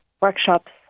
workshops